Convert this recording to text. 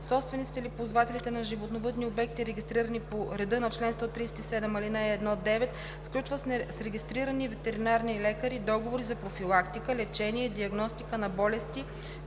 Собствениците или ползвателите на животновъдни обекти, регистрирани по реда на чл. 137, ал. 1 – 9, сключват с регистрирани ветеринарни лекари договори за профилактика, лечение и диагностика на болести